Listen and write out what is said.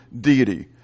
deity